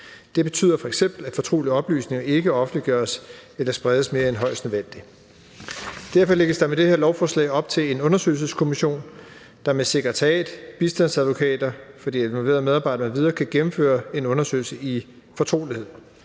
Det betyder f.eks., at fortrolige oplysninger ikke offentliggøres eller spredes mere end højst nødvendigt. Derfor lægges der med det her lovforslag op til en undersøgelseskommission, der med sekretariat og bistandsadvokater for de involverede medarbejdere m.v. kan gennemføre en undersøgelse i fortrolighed.